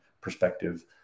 perspective